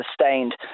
sustained